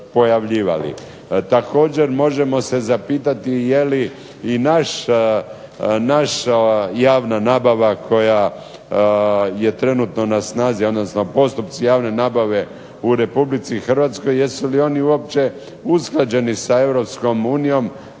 Također, možemo se zapitati je li i naša javna nabava koja je trenutno na snazi, odnosno postupci javne nabave u Republici Hrvatskoj jesu li oni uopće usklađeni sa